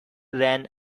ran